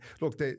look